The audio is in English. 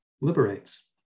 liberates